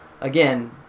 again